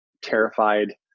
terrified